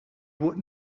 would